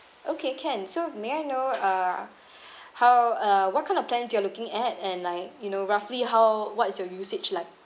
okay can so may I know uh how uh what kind of plans you are looking at and like you know roughly how what's your usage like